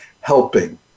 helping